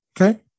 Okay